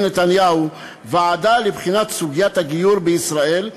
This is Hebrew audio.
נתניהו ועדה לבחינת סוגיית הגיור בישראל,